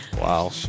Wow